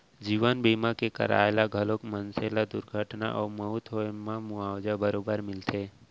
जीवन बीमा के कराय ले घलौक मनसे ल दुरघटना अउ मउत होए म मुवाजा बरोबर मिलबे करथे